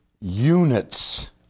units